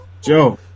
Joe